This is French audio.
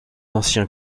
ancien